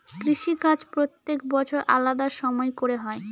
কৃষিকাজ প্রত্যেক বছর আলাদা সময় করে হয়